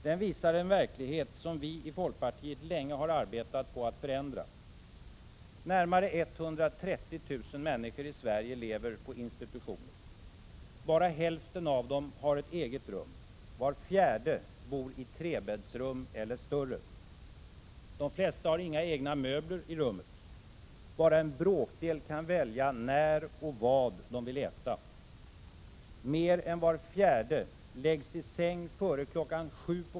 Den visar en verklighet som vi i folkpartiet länge arbetat på att förändra: Närmare 130 000 människor i Sverige lever på institutioner. Bara hälften av dem har ett eget rum. Var fjärde bor i trebäddsrum eller större. De flesta har inga egna möbler i rummet. Bara en bråkdel kan välja när och vad de vill äta.